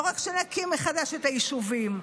לא רק שנקים מחדש את היישובים.